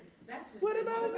what about me?